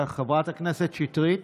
חברת הכנסת שטרית,